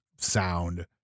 sound